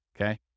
okay